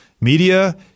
Media